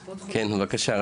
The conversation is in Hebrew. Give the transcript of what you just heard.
כן, בבקשה.